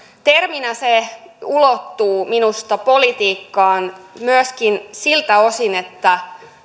terminä se ulottuu minusta politiikkaan myöskin siltä osin että